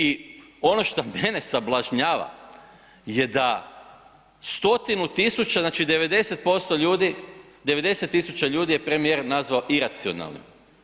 I ono što mene sablažnjava je da stotinu tisuća, znači 90% ljudi, 90 tisuća ljudi je premijer nazvao iracionalnim.